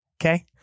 Okay